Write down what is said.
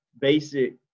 basic